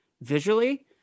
visually